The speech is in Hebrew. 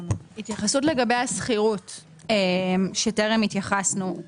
התייחסות לגבי השכירות שטרם התייחסנו.